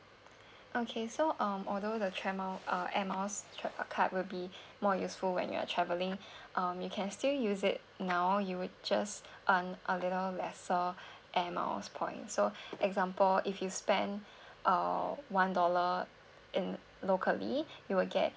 okay so um although the tra~ miles uh air miles card will be more useful when you're traveling um you can still use it now you will just earn a little lesser air miles points so example if you spend uh one dollar in locally you will get